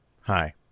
Hi